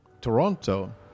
Toronto